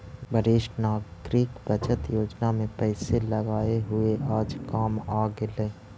वरिष्ठ नागरिक बचत योजना में पैसे लगाए हुए आज काम आ गेलइ